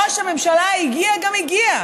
ראש הממשלה הגיע גם הגיע,